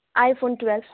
i-phone twelve